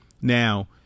Now